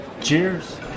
Cheers